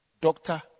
doctor